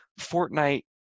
fortnite